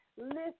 listen